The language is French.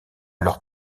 leur